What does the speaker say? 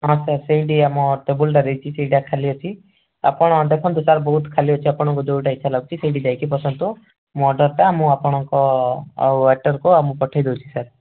ହଁ ସାର୍ ସେଇଠି ଆମ ଟେବୁଲ୍ ଟା ଦେଇଛି ସେଇଟା ଖାଲିଅଛି ଆପଣ ଦେଖନ୍ତୁ ବହୁତ ଖାଲି ଅଛି ଆପଣଙ୍କୁ ଯୋଉଟା ଇଚ୍ଛା ଲାଗୁଛି ସେଇଠି ଯାଇକି ବସନ୍ତୁ ମୁଁ ଅର୍ଡ଼ର୍ ଟା ମୁଁ ଆପଣଙ୍କ ଆଉ ୱେଟର୍କୁ ଆଉ ମୁଁ ପଠେଇ ଦେଉଛି ସାର୍